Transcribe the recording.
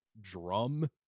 drum